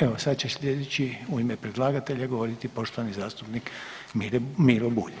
Evo sada će sljedeći u ime predlagatelja govoriti poštovani zastupnik Miro Bulj